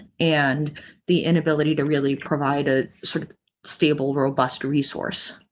and the inability to really provide a sort of stable, robust resource.